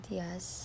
yes